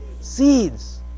seeds